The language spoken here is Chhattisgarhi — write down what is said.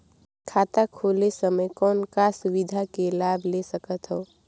खाता खोले समय कौन का सुविधा के लाभ ले सकथव?